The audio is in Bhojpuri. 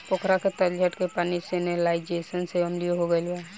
पोखरा के तलछट के पानी सैलिनाइज़ेशन से अम्लीय हो गईल बा